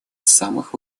самых